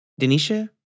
Denisha